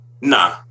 Nah